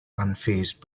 unfazed